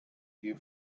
few